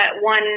one